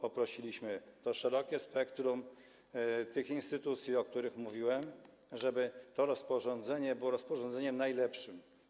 Poprosiliśmy szerokie spektrum tych instytucji, o których mówiłem, żeby to rozporządzenie było rozporządzeniem najlepszym.